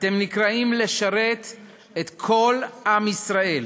אתם נקראים לשרת את כל עם ישראל,